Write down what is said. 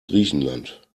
griechenland